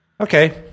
Okay